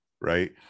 right